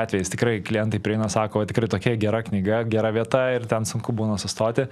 atvejis tikrai klientai prieina sako tikrai tokia gera knyga gera vieta ir ten sunku būna sustoti